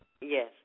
Yes